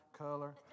color